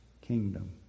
kingdom